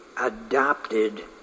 adopted